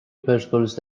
پرسپولیس